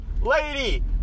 lady